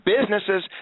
businesses